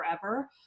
forever